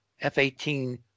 F-18